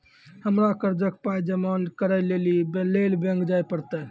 हमरा कर्जक पाय जमा करै लेली लेल बैंक जाए परतै?